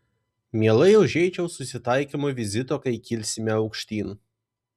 mielai užeičiau susitaikymo vizito kai kilsime aukštyn